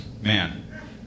man